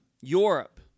Europe